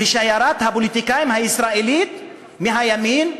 שיירת הפוליטיקאים הישראלים מהימין,